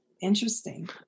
Interesting